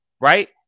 right